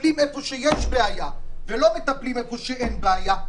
מטפלים איפה שיש בעיה ולא מטפלים איפה שאין בעיה,